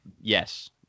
Yes